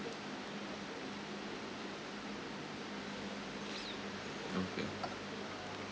okay